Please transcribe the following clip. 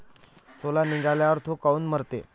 सोला निघाल्यावर थो काऊन मरते?